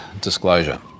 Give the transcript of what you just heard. disclosure